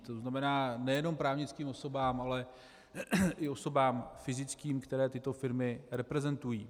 To znamená nejenom právnickým osobám, ale i osobám fyzickým, které tyto firmy reprezentují.